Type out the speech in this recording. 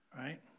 right